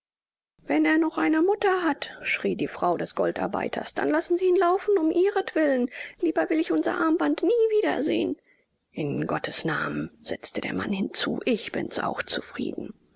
wenn er noch eine mutter hat schrie die frau des goldarbeiters dann lassen sie ihn laufen um ihretwillen lieber will ich unser armband nie wiedersehen in gottes namen setzte der mann hinzu ich bin's auch zufrieden